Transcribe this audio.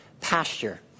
pasture